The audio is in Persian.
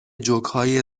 جوکهای